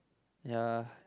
ya